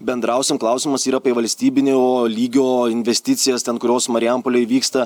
bendrausim klausimas yra apie valstybinio lygio investicijas ten kurios marijampolėj vyksta